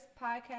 podcast